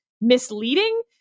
misleading